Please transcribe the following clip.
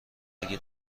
اگه